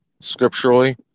scripturally